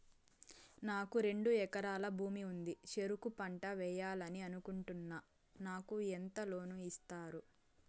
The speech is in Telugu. నాకు రెండు ఎకరాల భూమి ఉంది, చెరుకు పంట వేయాలని అనుకుంటున్నా, నాకు ఎంత లోను ఇస్తారు?